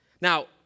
Now